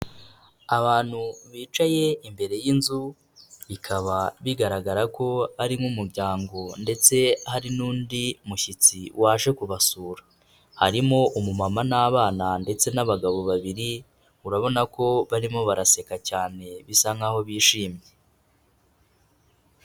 Abantu bicaye imbere y'inzu bikaba bigaragara ko ari nk'umuryango ndetse hari n'undi mushyitsi waje kubasura, harimo umumama n'abana ndetse n'abagabo babiri, urabona ko barimo baraseka cyane, bisa nk'aho bishimye.